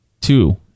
Two